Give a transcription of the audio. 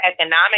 economic